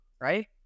Right